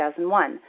2001